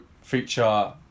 feature